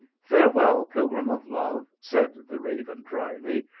farewell, pilgrim of love, said the raven dryly,